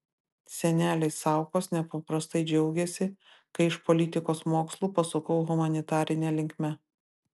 seneliai saukos nepaprastai džiaugėsi kai iš politikos mokslų pasukau humanitarine linkme